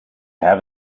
have